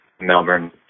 Melbourne